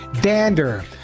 dander